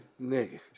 Nigga